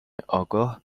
آگاه